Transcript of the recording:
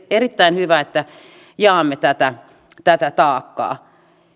erittäin hyvä että jaamme tätä tätä taakkaa